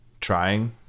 trying